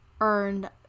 earned